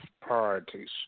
priorities